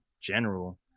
general